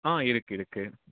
ஆ இருக்குது இருக்குது